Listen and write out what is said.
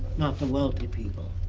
not the wealthy people.